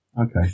Okay